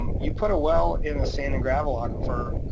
um you put a well in a sand and gravel aquifer.